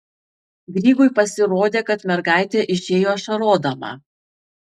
grygui pasirodė kad mergaitė išėjo ašarodama